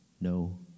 no